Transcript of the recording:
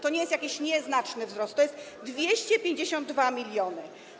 To nie jest jakiś nieznaczny wzrost, to są 252 mln.